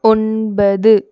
ஒன்பது